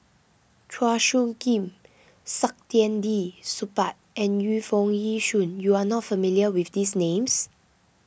Chua Soo Khim Saktiandi Supaat and Yu Foo Yee Shoon you are not familiar with these names